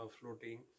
floating